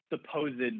supposed